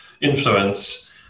influence